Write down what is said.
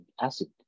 acid